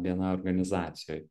bni organizacijoj